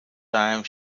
time